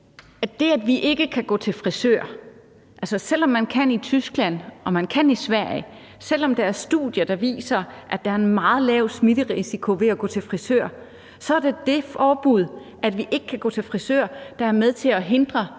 forbud, at vi ikke kan gå til frisør, selv om man kan i Tyskland og man kan i Sverige, og selv om der er studier, der viser, at der er en meget lav smitterisiko ved at gå til frisør, der er med til at hindre, at vi får en tredje runde